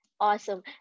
Awesome